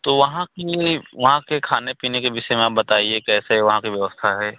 तो वहाँ के वहाँ के खाने पीने के विषय में आप बताइए कैसे वहाँ की व्यवस्था है